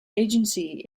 agency